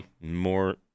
More